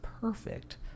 perfect